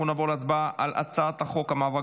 אנחנו נעבור להצבעה על הצעת חוק המאבק